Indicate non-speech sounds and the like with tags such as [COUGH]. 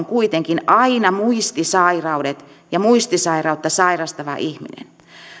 [UNINTELLIGIBLE] kuitenkin aina muistisairaus ja muistisairautta sairastava ihminen